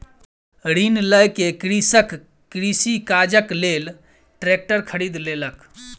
ऋण लय के कृषक कृषि काजक लेल ट्रेक्टर खरीद लेलक